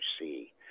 see